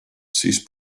siis